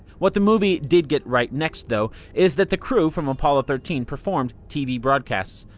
what the movie did get right next, though, is that the crew from apollo thirteen performed tv broadcasts.